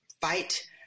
fight